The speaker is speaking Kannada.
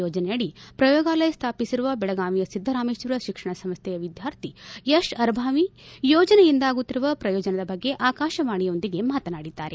ಯೋಜನೆಯಡಿ ಪ್ರಯೋಗಾಲಯ ಸ್ವಾಪಿಸಿರುವ ಬೆಳಗಾವಿಯ ಸಿದ್ದರಾಮೇಶ್ವರ ಶಿಕ್ಷಣ ಸಂಸ್ವೆಯ ವಿದ್ವಾರ್ಥಿ ಯಶ್ ಅರಭಾವಿ ಯೋಜನೆಯಿಂದಾಗುತ್ತಿರುವ ಪ್ರಯೋಜನದ ಬಗ್ಗೆ ಆಕಾಶವಾಣಿಯೊಂದಿಗೆ ಮಾತನಾಡಿದ್ದಾರೆ